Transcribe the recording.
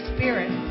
Spirit